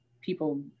people